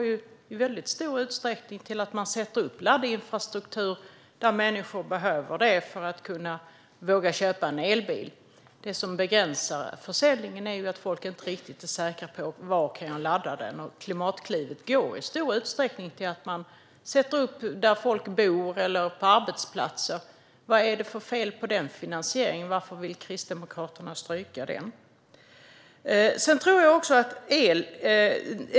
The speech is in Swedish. Det går i väldigt stor utsträckning till att sätta upp laddinfrastruktur där människor behöver det för att våga köpa en elbil. Det som begränsar försäljningen är att folk inte riktigt är säkra på var de kan ladda den. Klimatklivet går i stor utsträckning till att sätta upp laddstolpar där folk bor eller på arbetsplatser. Vad är det för fel på den finansieringen? Varför vill Kristdemokraterna stryka den?